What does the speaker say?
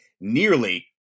nearly